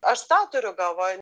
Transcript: aš tą turiu galvoj